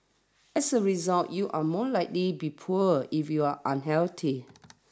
as a result you are more likely be poor if you are unhealthy